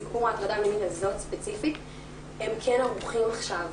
סיפור ההטרדה המינית הזאת ספציפית הם כן ערוכים עכשיו.